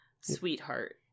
sweetheart